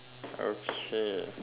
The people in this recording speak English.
okay